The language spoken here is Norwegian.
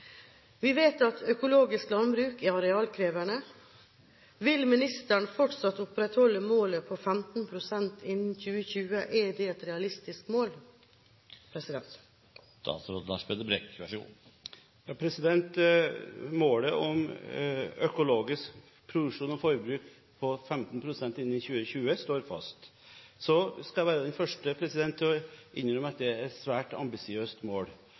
Vi vet at økologisk landbruk er arealkrevende. Vil ministeren opprettholde målet om 15 pst. innen 2020, og er det et realistisk mål? Målet om økologisk produksjon og forbruk på 15 pst. innen 2020 står fast. Jeg skal være den første til å innrømme at det er et svært ambisiøst mål.